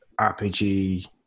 RPG